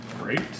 Great